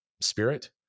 spirit